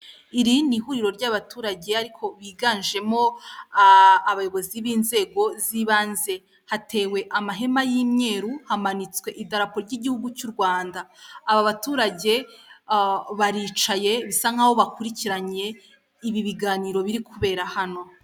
Iri ni ihuriro ry'abaturage ariko biganjemo abayobozi b'inzego z'ibanze. Hatewe amahema y'imyeru, hamanitswe idarapo ry'igihugu cy'u Rwanda. Abo baturage baricaye bisa nk'aho bakurikiranye ibi biganiro biri kubera hano.